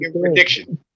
prediction